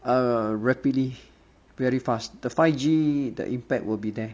err rapidly very fast the five G the impact will be there